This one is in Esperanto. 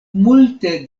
multe